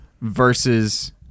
Versus